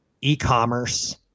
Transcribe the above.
E-commerce